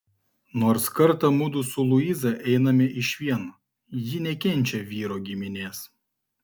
nors kartą mudu su luiza einame išvien ji nekenčia vyro giminės